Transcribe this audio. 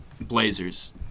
blazers